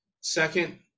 second